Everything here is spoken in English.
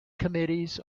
committees